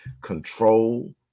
control